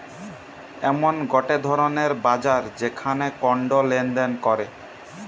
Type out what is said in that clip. এমন গটে ধরণের বাজার যেখানে কন্ড লেনদেন করে